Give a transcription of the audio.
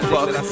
Fuck